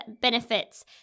benefits